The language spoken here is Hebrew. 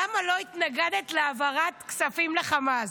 למה לא התנגדת להעברת כספים לחמאס?